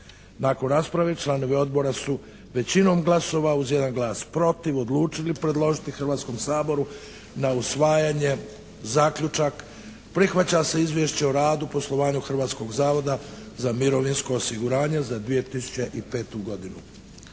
Nakon rasprave članovi Odbora su većinom glasova, uz jedan glas protiv odlučili predložiti Hrvatskom saboru na usvajanje zaključak prihvaća se izvješće o radu i poslovanju Hrvatskog zavoda za mirovinsko osiguranje za 2005. godinu.